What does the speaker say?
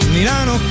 Milano